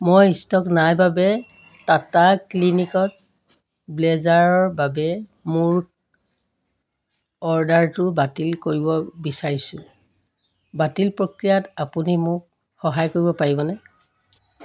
মই ষ্টক নাই বাবে টাটা ক্লিনিকত ব্লেজাৰৰ বাবে মোৰ অৰ্ডাৰটো বাতিল কৰিব বিচাৰিছোঁ বাতিল প্ৰক্ৰিয়াত আপুনি মোক সহায় কৰিব পাৰিবনে